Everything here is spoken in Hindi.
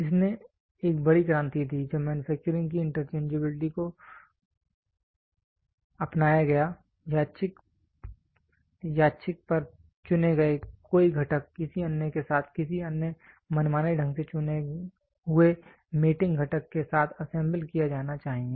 इसने एक बड़ी क्रांति दी जब मैन्युफैक्चरिंग की इंटरचेंजबिलिटी को अपनाया गया यादृच्छिक पर चुने गए कोई घटक किसी अन्य के साथ किसी अन्य मनमाने ढंग से चुने हुए मेटिंग घटक के साथ असेंबल किया जाना चाहिए